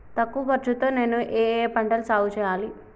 తక్కువ ఖర్చు తో నేను ఏ ఏ పంటలు సాగుచేయాలి?